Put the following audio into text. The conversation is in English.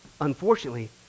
Unfortunately